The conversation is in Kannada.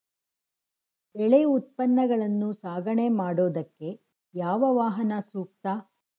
ಬೆಳೆ ಉತ್ಪನ್ನಗಳನ್ನು ಸಾಗಣೆ ಮಾಡೋದಕ್ಕೆ ಯಾವ ವಾಹನ ಸೂಕ್ತ?